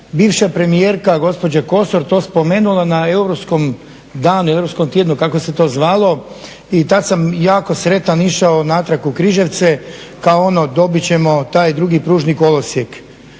bivša premijerka gospođa Kosor to spomenula na Europskom danu ili Europskom tjednu kako se to zvalo i tad sam jako sretan išao natrag u Križevce kao ono dobit ćemo taj drugi pružni kolosijek.